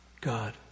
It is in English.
God